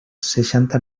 seixanta